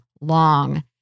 long